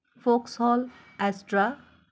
Vauxhall extra